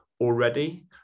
already